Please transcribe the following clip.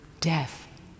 death